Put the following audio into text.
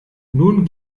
nun